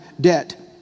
debt